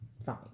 Fine